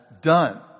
done